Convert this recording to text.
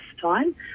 time